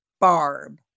Barb